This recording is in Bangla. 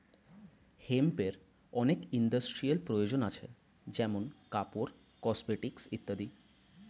হেম্পের অনেক ইন্ডাস্ট্রিয়াল প্রয়োজন আছে যেমন কাপড়, কসমেটিকস ইত্যাদি